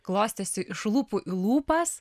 klostėsi iš lūpų į lūpas